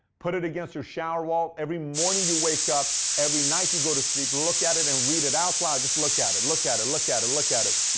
put it against your shower wall, every morning you wake up, every night you go to sleep, look at it and read it out loud. just look at it. look at it, look at it, look at it.